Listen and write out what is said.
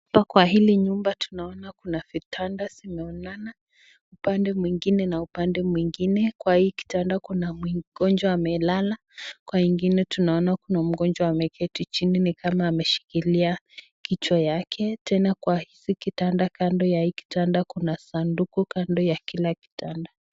Hapa kwa hili nyumba tunaona kuna vitanda zimeonana ,upande mwingine na upande mwingine. Kwa hii kitanda kuna mgonjwa amelala, kwa hii ingine tunaona kuna mgonjwa ameketi chini ni kama ameshikilia kichwa yake. Tena kwa hizi kitanda kando ya hii kitanda kuna sanduku kando ya kila kitanda.